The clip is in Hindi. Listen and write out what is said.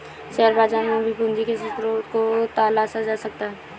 शेयर बाजार में भी पूंजी के स्रोत को तलाशा जा सकता है